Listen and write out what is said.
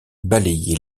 balayé